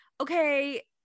okay